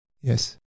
Yes